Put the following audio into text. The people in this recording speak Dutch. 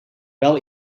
wel